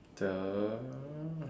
the